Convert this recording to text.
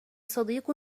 صديق